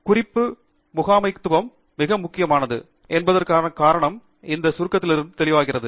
குறிப்பு முகாமைத்துவம் மிக முக்கியமானது என்பதற்கான காரணம் இந்த சுருக்கத்திலிருந்து தெளிவாகிறது